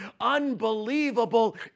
unbelievable